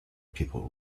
people